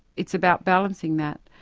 it's about balancing that.